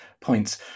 points